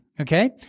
okay